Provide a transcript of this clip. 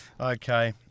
Okay